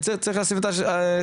את זה צריך לשים על השולחן.